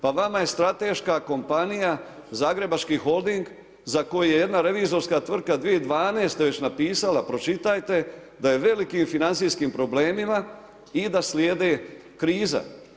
Pa vama je strateška kompanija Zagrebački holding za koji je jedna revizorska tvrtka 2012. već napisala, pročitajte da je u velikim financijskim problemima i da slijedi kriza.